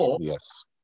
Yes